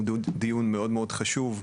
הוא דיון מאוד מאוד חשוב,